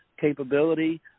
capability